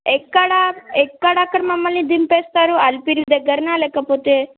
ఎక్కడ ఎక్కడక్కడ మమ్మల్ని దింపేస్తారు అలిపిరి దగ్గరన లేకపోతే